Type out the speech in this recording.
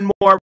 more